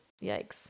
yikes